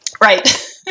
Right